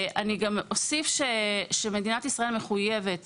אני אוסיף ואומר שמדינת ישראל מחויבת